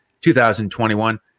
2021